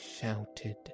shouted